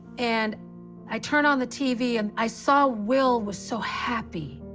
and i turn on the tv, and i saw will was so happy.